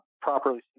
properly